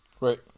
Right